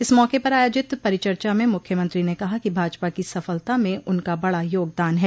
इस मौके पर आयोजित परिचर्चा में मुख्यमंत्री ने कहा कि भाजपा की सफलता में उनका बड़ा योगदान है